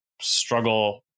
struggle